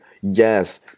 yes